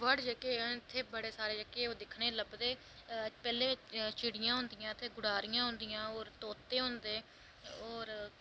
bird जेह्के ओह् बड़े सारे इत्थें दिक्खने गी लभदे पैह्लें चिड़ियां होंदियां ते गटारियां होंदियां ते तोते होंदे होर